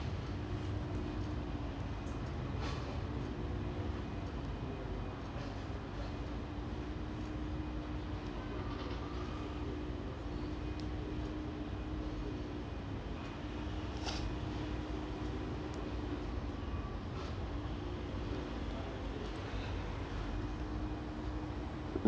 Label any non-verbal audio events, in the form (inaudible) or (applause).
(noise)